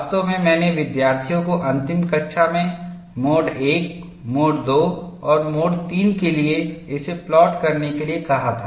वास्तव में मैंने विद्यार्थियों को अंतिम कक्षा में मोड I मोड II और मोड III के लिए इसे प्लॉट करने के लिए कहा था